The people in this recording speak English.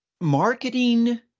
marketing